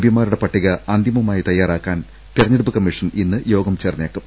പിമാരുടെ പട്ടിക അന്തിമമായി തയ്യാറാക്കാൻ തെരഞ്ഞെ ടുപ്പ് കമ്മീഷൻ ഇന്ന് യോഗം ചേർന്നേക്കും